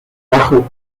bajo